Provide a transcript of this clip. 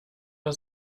der